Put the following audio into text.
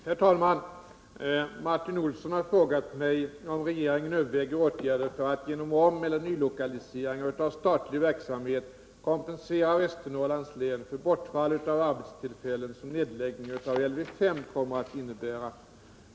Herr talman! Martin Olsson har frågat mig om regeringen överväger åtgärder för att genom omeller nylokaliseringar av statlig verksamhet kompensera Västernorrlands län för bortfall av arbetstillfällen som nedläggningen av Lv 5 kommer att innebära.